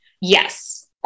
Yes